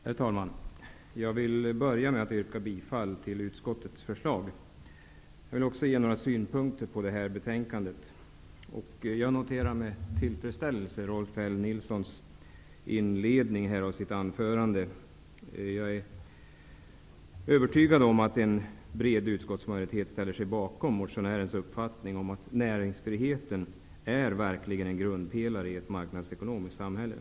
Herr talman! Jag vill börja med att yrka bifall till utskottets förslag. Jag vill också framföra några synpunkter på betänkandet. Jag noterade med tillfredsställelse vad Rolf L. Nilson sade i inledningen av sitt anförande. Jag är övertygad om att en bred utskottsmajoritet ställer sig bakom motionärens uppfattning om att näringsfriheten är en grundpelare i ett marknadsekonomiskt samhälle.